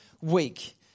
week